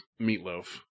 Meatloaf